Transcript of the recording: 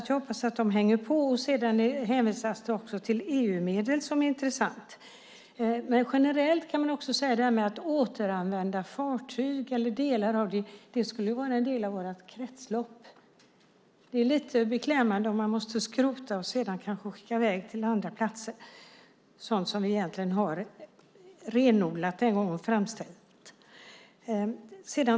Jag hoppas att man hänger på. Det hänvisas också till EU-medel, vilket är intressant. Generellt kan man säga att det skulle vara en del av vårt kretslopp att återanvända fartyg eller delar av dem. Det är lite beklämmande om man måste skrota dem och skicka iväg till andra platser sådant som vi en gång har renodlat och framställt.